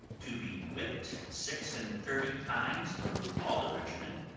to be whipped six-and-thirty times through all the regiment,